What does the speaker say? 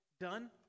done